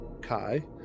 Kai